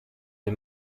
des